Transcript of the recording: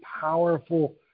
powerful